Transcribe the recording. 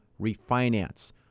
refinance